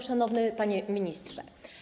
Szanowny Panie Ministrze!